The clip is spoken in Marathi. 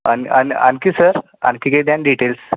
अन् अन् आणखी सर आणखी काही द्या ना डिटेल्स